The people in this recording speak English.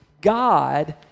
God